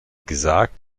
gesagt